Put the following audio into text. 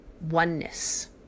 oneness